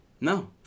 No